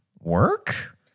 work